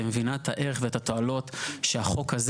ומבינה את הערך ואת התועלות שהחוק הזה